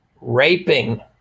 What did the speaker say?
raping